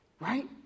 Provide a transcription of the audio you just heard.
Right